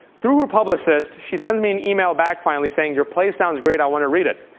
through her publicist, she sends me an email back finally saying your play sounds great. i want to read it.